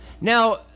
Now